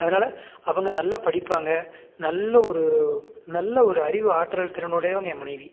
அதனால் அவங்க நல்லா படிப்பாங்க நல்ல ஒரு நல்ல ஒரு அறிவு ஆற்றல் திறனுடையவங்க என் மனைவி